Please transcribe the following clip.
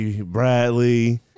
Bradley